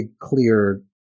clear